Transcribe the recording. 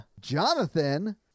Jonathan